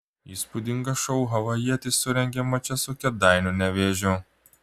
įspūdingą šou havajietis surengė mače su kėdainių nevėžiu